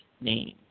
name